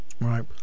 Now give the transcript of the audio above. Right